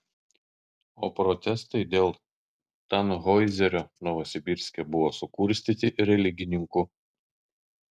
o protestai dėl tanhoizerio novosibirske buvo sukurstyti religininkų